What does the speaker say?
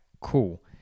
cool